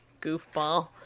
goofball